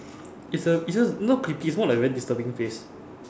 it's a it's just not creepy it's more like very disturbing face